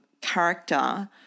character